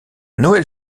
noël